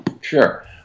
Sure